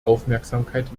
aufmerksamkeit